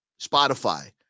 Spotify